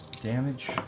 Damage